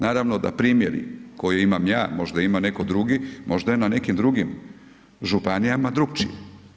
Naravno da primjeri koje imam ja, možda ima netko drugi, možda je na nekim drugim županijama drukčije.